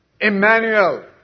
Emmanuel